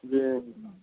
जी